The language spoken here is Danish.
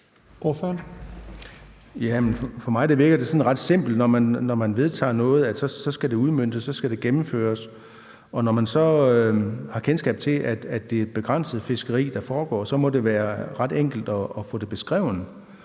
For mig virker det sådan ret simpelt, at når man vedtager noget, skal det udmøntes. Så skal det gennemføres, og når man så har kendskab til, at det er et begrænset fiskeri, der foregår, så må det være ret enkelt at få det beskrevet.